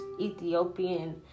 Ethiopian